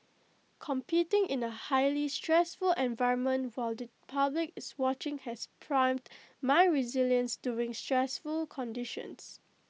competing in A highly stressful environment while the public is watching has primed my resilience during stressful conditions